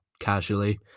casually